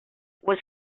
was